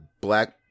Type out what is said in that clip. Black